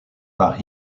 par